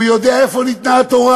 הוא יודע איפה ניתנה התורה.